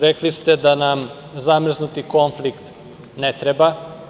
Rekli ste da nam zamrznuti konflikt ne treba.